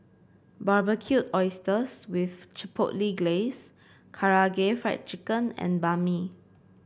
Barbecued Oysters with Chipotle Glaze Karaage Fried Chicken and Banh Mi